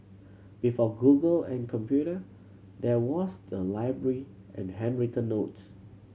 before Google and computer there was the library and handwritten notes